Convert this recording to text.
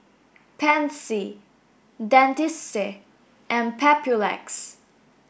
Pansy Dentiste and Papulex